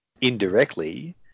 indirectly